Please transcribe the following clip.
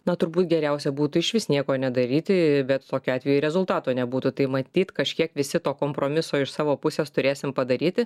na turbūt geriausia būtų išvis nieko nedaryti bet tokiu atveju rezultato nebūtų tai matyt kažkiek visi to kompromiso iš savo pusės turėsim padaryti